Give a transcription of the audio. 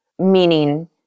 Meaning